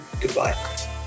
goodbye